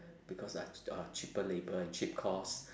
because uh cheaper labour and cheap cost